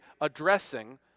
addressing